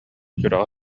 сүрэҕэ